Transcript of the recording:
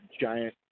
giant